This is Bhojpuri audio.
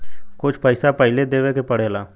कुछ पैसा पहिले देवे के पड़ेला